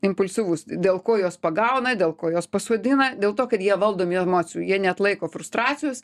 impulsyvus dėl ko juos pagauna dėl ko juos pasodina dėl to kad jie valdomi emocijų jie neatlaiko frustracijos